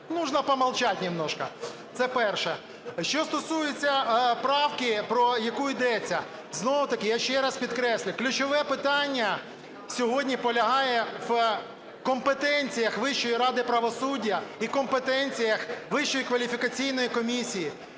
можно помолчать немножко. Це перше. Що стосується правки, про яку ідеться. Знову-таки, я ще раз підкреслюю, ключове питання сьогодні полягає в компетенціях Вищої ради правосуддя і компетенціях Вищої кваліфікаційної комісії.